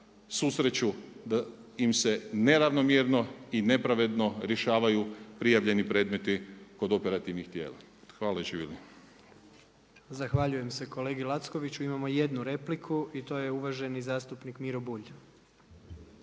susreću da im se neravnomjerno i nepravedno rješavaju prijavljeni predmeti kod operativnih tijela. Hvala i živjeli. **Jandroković, Gordan (HDZ)** Zahvaljujem se kolegi Lackoviću. Imamo jednu repliku i to je uvaženi zastupnik Miro Bulj.